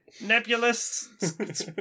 nebulous